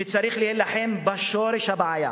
שצריך להילחם בשורש הבעיה